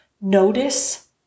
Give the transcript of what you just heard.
Notice